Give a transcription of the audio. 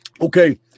okay